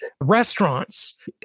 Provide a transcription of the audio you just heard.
restaurants